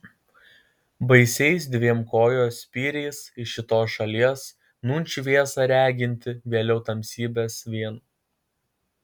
baisiais dviem kojos spyriais iš šitos šalies nūn šviesą regintį vėliau tamsybes vien